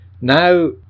Now